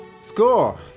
score